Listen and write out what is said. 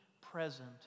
present